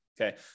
Okay